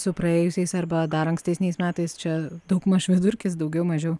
su praėjusiais arba dar ankstesniais metais čia daugmaž vidurkis daugiau mažiau